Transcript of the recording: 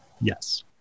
Yes